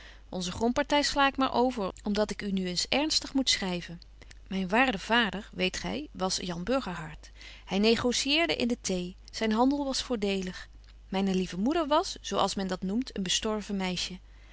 onze gromparty sla ik maar over om dat ik u nu eens ernstig moet schryven myn waarde vader weet gy was jan burgerhart hy negotieerde in de thee zyn handel was voordeelig myne lieve moeder was zo als men dat noemt een bestorven meisje